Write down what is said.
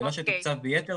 מה שתוקצב ביתר,